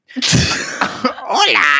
Hola